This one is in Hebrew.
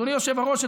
אדוני היושב-ראש,